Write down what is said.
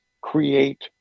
create